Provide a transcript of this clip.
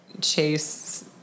chase